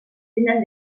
tenen